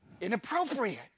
inappropriate